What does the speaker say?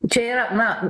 čia yra na